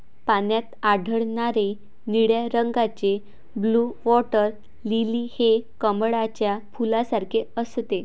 पाण्यात आढळणारे निळ्या रंगाचे ब्लू वॉटर लिली हे कमळाच्या फुलासारखे असते